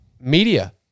media